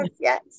Yes